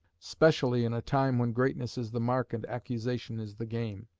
specially in a time when greatness is the mark and accusation is the game.